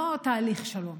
לא תהליך שלום